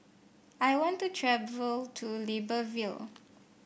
I want to travel to Libreville